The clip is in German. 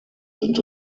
sind